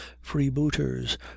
freebooters